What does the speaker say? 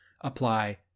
apply